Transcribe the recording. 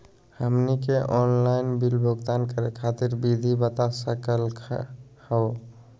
हमनी के online bill भुगतान करे खातीर विधि बता सकलघ हो?